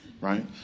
Right